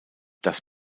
das